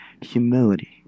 humility